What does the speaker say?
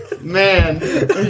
Man